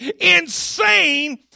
insane